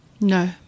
No